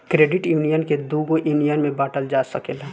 credit union के दुगो union में बॉटल जा सकेला